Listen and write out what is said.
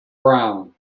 brown